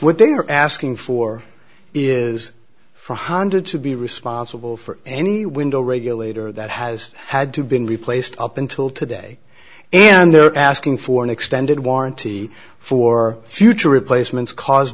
what they are asking for is for honda to be responsible for any window regulator that has had to been replaced up until today and they're asking for an extended warranty for future replacements caused